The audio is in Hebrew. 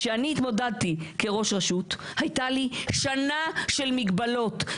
כשאני התמודדתי כראש רשות הייתה לי שנה של מגבלות,